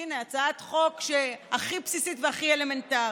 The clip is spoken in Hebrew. הינה, הצעת חוק הכי בסיסית והכי אלמנטרית.